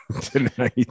tonight